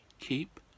keep